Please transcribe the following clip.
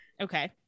Okay